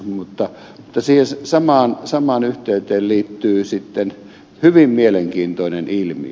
mutta siihen samaan yhteyteen liittyy sitten hyvin mielenkiintoinen ilmiö